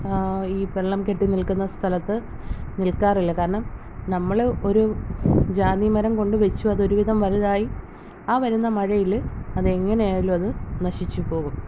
ഈ വെള്ളം കെട്ടിനിൽക്കുന്ന സ്ഥലത്ത് നിൽക്കാറില്ല കാരണം നമ്മൾ ഒരു ജാതിമരം കൊണ്ടുവെച്ചു അത് ഒരുവിധം വലുതായി ആ വരുന്ന മഴയിൽ അത് എങ്ങനെയായാലും അത് നശിച്ചു പോകും